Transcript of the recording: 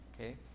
okay